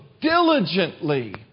diligently